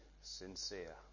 sincere